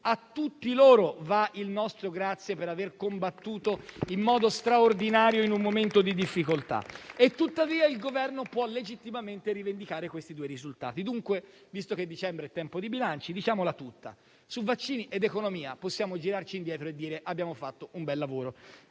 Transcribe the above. a tutti loro va il nostro ringraziamento per aver combattuto in modo straordinario in un momento di difficoltà. Tuttavia, il Governo può legittimamente rivendicare questi due risultati. Pertanto, visto che dicembre è tempo di bilanci, diciamola tutta: su vaccini ed economia possiamo girarci indietro e dire che abbiamo fatto un bel lavoro;